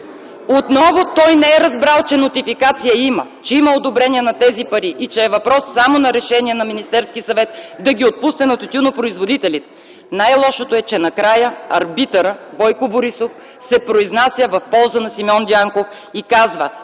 Отново той не е разбрал, че нотификация има, че има одобрение на тези пари и, че е въпрос само на решение на Министерския съвет да ги отпусне на тютюнопроизводителите. Най-лошото е, че накрая арбитърът – Бойко Борисов, се произнася в полза на Симеон Дянков и казва: